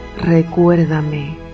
Recuérdame